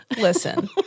listen